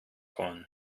horn